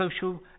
social